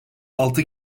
altı